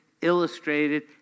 illustrated